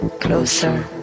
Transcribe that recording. Closer